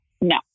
No